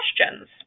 questions